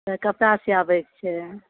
कपड़ा सियाबैके छै